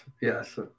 yes